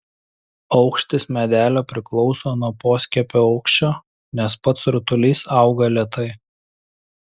aukštis medelio priklauso nuo poskiepio aukščio nes pats rutulys auga lėtai